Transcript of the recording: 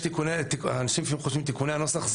אנשים שחושבים עכשיו על תיקוני הנוסח,